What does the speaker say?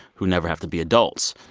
who never have to be adults.